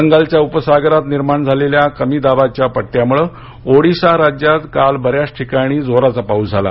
बंगालच्या उपसागरात निर्माण झालेल्या कमी दाबाच्या पट्टया मुळ ओडिशा राज्यात काल बऱ्याच ठिकाणी जोराचा पाऊस झाला